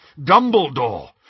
Dumbledore